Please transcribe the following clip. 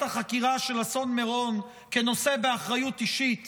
החקירה של אסון מירון כנושא באחריות אישית